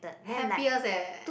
happiest eh